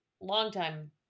longtime